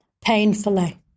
painfully